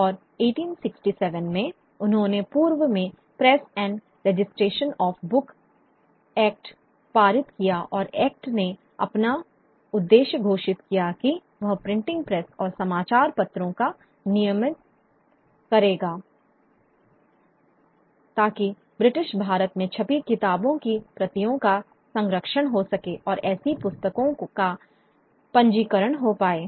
और 1867 में उन्होंने पूर्व में press and registration of books act पारित किया और एक्ट ने अपना उद्देश्य घोषित किया कि वह प्रिंटिंग प्रेस और समाचार पत्रों का नियमन करेगा ताकि ब्रिटिश भारत में छपी किताबों की प्रतियों का संरक्षण हो सके और ऐसी पुस्तकों का पंजीकरण हो पाए